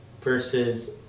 Versus